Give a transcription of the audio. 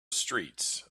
streets